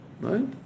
Right